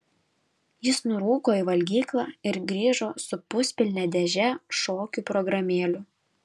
jis nurūko į valgyklą ir grįžo su puspilne dėže šokių programėlių